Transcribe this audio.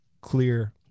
clear